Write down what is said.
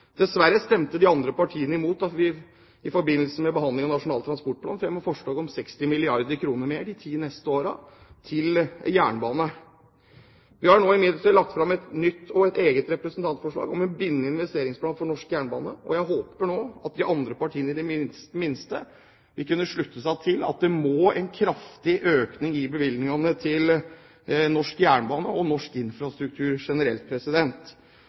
Dessverre stemte de andre partiene i forbindelse med behandlingen av Nasjonal transportplan imot vårt forslag om 60 milliarder kr mer de ti neste årene til jernbane. Vi har nå imidlertid lagt fram et nytt og et eget representantforslag om en bindende investeringsplan for norsk jernbane, og jeg håper nå at de andre partiene i det minste vil kunne slutte seg til at det må til en kraftig økning i bevilgningene til norsk jernbane og norsk infrastruktur generelt.